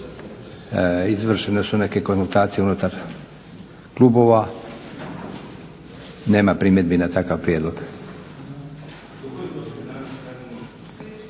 Izvršene su neke konzultacije unutar klubova. Nema primjedbi na takav prijedlog?